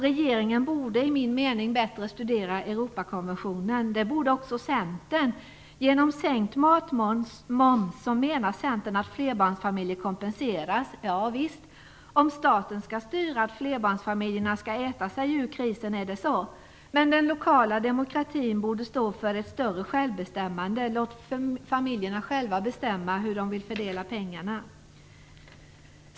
Regeringen borde, enligt min mening, bättre studera Europakonventionen. Det borde också Centern göra. Genom sänkt matmoms menar Centern att flerbarnsfamiljer kompenseras. Om staten skall styra att flerbarnsfamiljerna skall äta sig ur krisen är det så, men den lokala demokratin borde stå för ett större självbestämmande. Låt familjerna själva bestämma hur de vill fördela pengarna!